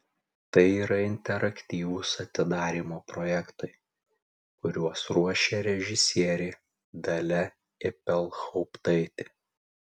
tai yra interaktyvūs atidarymo projektai kuriuos ruošia režisierė dalia ibelhauptaitė